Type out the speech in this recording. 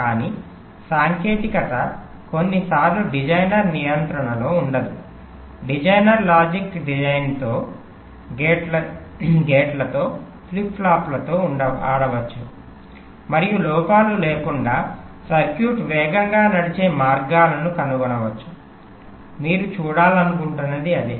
కానీ సాంకేతికత కొన్నిసార్లు డిజైనర్ నియంత్రణలో ఉండదు డిజైనర్ లాజిక్ డిజైన్తో గేట్లతో ఫ్లిప్ ఫ్లాప్లతో ఆడవచ్చు మరియు లోపాలు లేకుండా సర్క్యూట్ వేగంగా నడిచే మార్గాలను కనుగొనవచ్చు మీరు చూడాలనుకుంటున్నది అదే